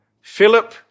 Philip